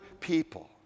people